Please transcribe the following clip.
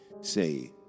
say